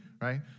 right